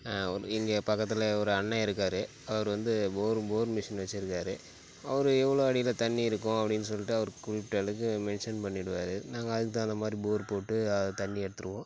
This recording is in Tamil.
ஒரு இங்கே பக்கத்தில ஒரு அண்ண இருக்கார் அவர் வந்து போர் போர் மிஷின் வச்சிருக்கார் அவர் எவ்வளோ அடியில தண்ணி இருக்கும் அப்படின் சொல்லிட்டு அவர் குறிப்பிட்ட அளவுக்கு மென்ஷன் பண்ணிடுவார் நாங்கள் அதுக்கு தகுந்தமாதிரி போரு போட்டு தண்ணி எடுத்துடுவோம்